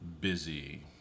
busy